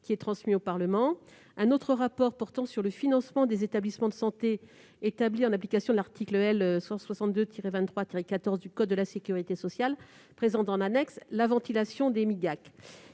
qui est transmis au Parlement. De plus, un rapport sur le financement des établissements de santé, établi en application de l'article L. 162-23-14 du code de la sécurité sociale, présente en annexe la ventilation des missions